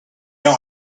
know